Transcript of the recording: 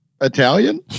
Italian